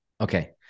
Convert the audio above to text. Okay